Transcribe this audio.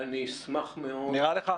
נראה לך.